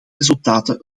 resultaten